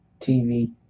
TV